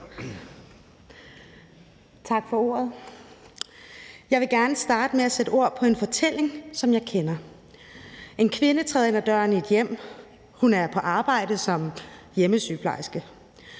Tak for ordet. Jeg vil gerne starte med at sætte ord på en fortælling, som jeg kender. En kvinde træder ind ad døren i et hjem. Hun er på arbejde som hjemmesygeplejerske.